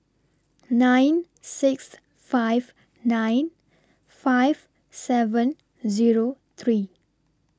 nine six five nine five seven Zero three